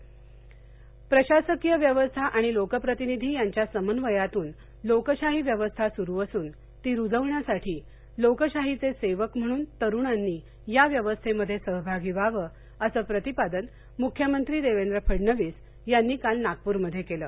अभ्यासवर्ग प्रशासकीय व्यवस्था याणि लोकप्रतिनिधी यांच्या समन्वयातून लोकशाही व्यवस्था सुरू असून ती रुजविण्यासाठी लोकशाहीचे सेवक म्हणून तरुणांनी या व्यवस्थेमध्ये सहभागी व्हायं असं प्रतिपादन मुख्यमंत्री देवेंद्र फडणवीस यांनी काल नागपूरमध्ये केलं